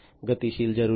ગતિશીલ જરૂરિયાતો